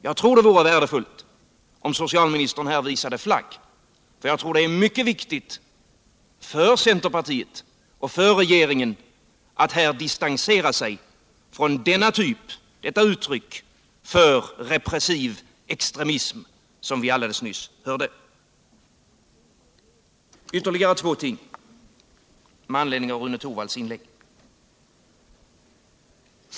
Jag tror att det vore värdefullt om socialministern här visade flagg, för det är mycket viktigt för centerpartiet och regeringen att här distansera sig från det uttryck för repressiv extremism som vi alldeles nyss hörde. Ytterligare två ting med anledning av Rune Torwalds inlägg.